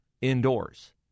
indoors